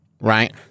right